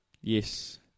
Yes